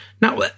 Now